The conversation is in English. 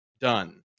Done